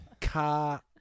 car